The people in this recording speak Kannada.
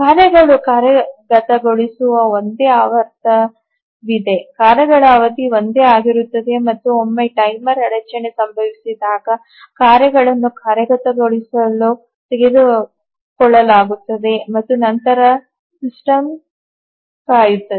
ಕಾರ್ಯಗಳು ಕಾರ್ಯಗತಗೊಳಿಸುವ ಒಂದೇ ಆವರ್ತನವಿದೆ ಕಾರ್ಯಗಳ ಅವಧಿ ಒಂದೇ ಆಗಿರುತ್ತದೆ ಮತ್ತು ಒಮ್ಮೆ ಟೈಮರ್ ಅಡಚಣೆ ಸಂಭವಿಸಿದಾಗ ಕಾರ್ಯಗಳನ್ನು ಕಾರ್ಯಗತಗೊಳಿಸಲು ತೆಗೆದುಕೊಳ್ಳಲಾಗುತ್ತದೆ ಮತ್ತು ನಂತರ ಸಿಸ್ಟಮ್ ಕಾಯುತ್ತದೆ